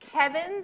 Kevin's